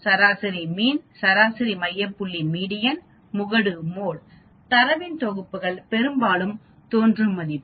சராசரி சராசரி மைய புள்ளி முகடு தரவின் தொகுப்பில் பெரும்பாலும் தோன்றும் மதிப்பு